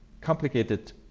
complicated